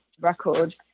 record